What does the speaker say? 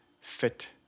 fit